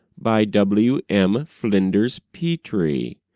by w m fliders petrie.